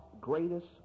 greatest